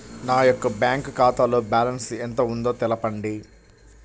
నా యొక్క బ్యాంక్ ఖాతాలో బ్యాలెన్స్ ఎంత ఉందో తెలపండి?